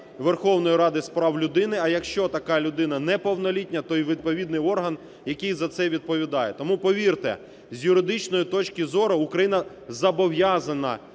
Верховної Ради з прав людини, а якщо така людина неповнолітня, то і відповідний орган, який за це відповідає. Тому повірте, з юридичної точки зору Україна зобов'язана